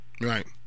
Right